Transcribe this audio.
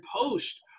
post